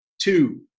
two